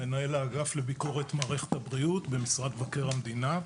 מנהל האגף לביקורת מערכת הבריאות במשרד מבקר המדינה,